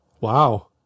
Wow